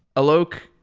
alok,